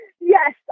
Yes